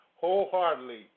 wholeheartedly